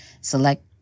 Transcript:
select